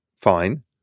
fine